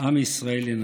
עם ישראל ינצח.